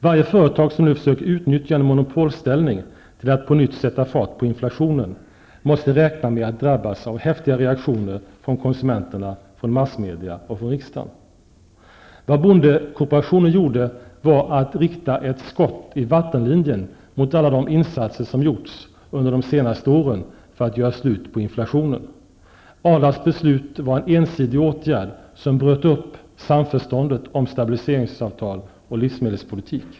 Varje företag som nu försöker utnyttja en monopolställning till att på nytt sätta fart på inflationen måste räkna med att drabbas av häftiga reaktioner från konsumenterna, massmedia och riksdagen. Vad bondekooperationen gjorde var att rikta ett skott i vattenlinjen mot alla de insatser som gjorts under de senaste åren för att göra slut på inflationen. Arlas beslut var en ensidig åtgärd, som bröt upp samförståndet om stabiliseringsavtal och livsmedelspolitik.